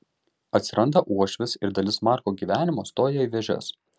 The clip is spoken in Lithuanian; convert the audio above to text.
atsiranda uošvis ir dalis marko gyvenimo stoja į vėžes